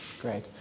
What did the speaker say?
Great